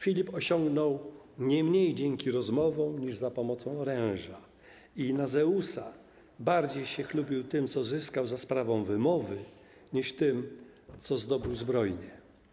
Filip osiągnął nie mniej dzięki rozmowom niż za pomocą oręża i, na Zeusa, bardziej się chlubił tym, co zyskał za sprawą wymowy, niż tym, co zdobył zbrojnie.